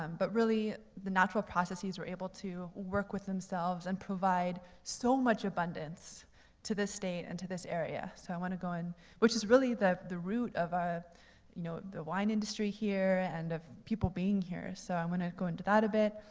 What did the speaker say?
um but really, the natural processes are able to work within themselves and provide so much abundance to this state and to this area. so i want to go, and which is really the the root of, ah you know, the wine industry here and of people being here. so i'm going to go into that a bit.